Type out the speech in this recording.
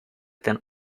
ten